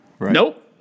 Nope